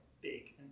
big